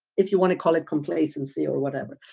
if you want to call it complacency or whatever,